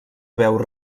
veu